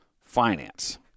finance